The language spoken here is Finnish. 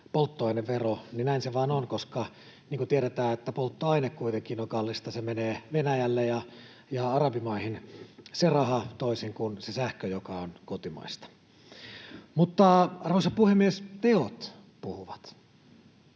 polttoainevero, niin näin se vain on, koska, niin kuin tiedetään, polttoaine kuitenkin on kallista ja se raha menee Venäjälle ja arabimaihin, toisin kuin sähkön kanssa, joka on kotimaista. Mutta, arvoisa puhemies, teot puhuvat.